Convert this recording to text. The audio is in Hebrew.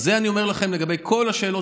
את זה אני אומר לכם לגבי כל השאלות